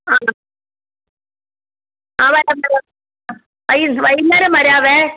ആ ആ വരാം വരാം ആ വൈക് വൈകുന്നേരം വരാവേ